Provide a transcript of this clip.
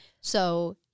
So-